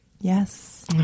yes